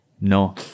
No